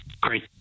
great